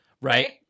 right